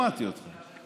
שמעתי אותך.